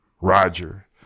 Roger